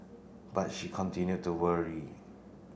but she continue to worry